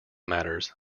matters